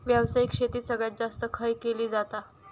व्यावसायिक शेती सगळ्यात जास्त खय केली जाता?